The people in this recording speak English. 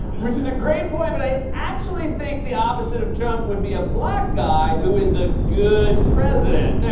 which is a great point, but i actually think the opposite of trump would be a black guy who is a good president. there